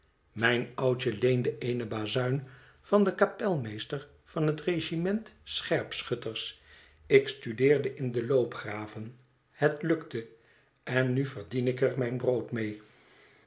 mijn oudje leende eene bazuin van den kapelmeester van het regiment scherpschutters ik studeerde in de loopgraven het lukte en nu verdien ik er mijn brood mee